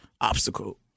obstacle